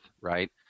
right